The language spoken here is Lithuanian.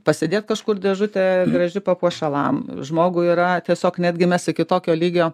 pasidėti kažkur dėžutė graži papuošalam žmogui yra tiesiog netgi mes iki tokio lygio